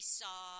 saw